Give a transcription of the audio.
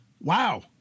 wow